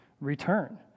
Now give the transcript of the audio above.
return